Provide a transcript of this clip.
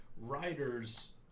writers